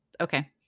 Okay